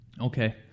Okay